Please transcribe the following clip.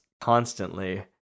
constantly